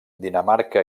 dinamarca